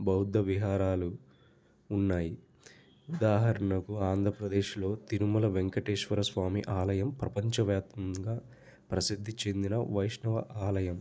బౌద్ధ విహారాలు ఉన్నాయి ఉదాహరణకు ఆంధ్రప్రదేశ్లో తిరుమల వెంకటేశ్వర స్వామి ఆలయం ప్రపంచ వ్యాప్తంగా ప్రసిద్ధి చెందిన వైష్ణవ ఆలయం